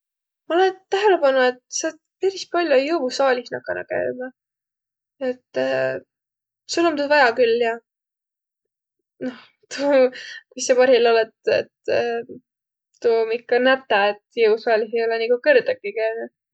Ma olõ tähele panduq, et sa olet peris pall'o jõusaalih nakanuq käümä, et sul om tuud vajja küll ja. Noh tuu, mis sa parhilla olõt, et tuu om ikka nätäq, et jõusaalih ei olõq nigu kõrdagi käünüq.